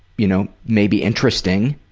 you know, maybe interesting